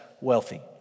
wealthy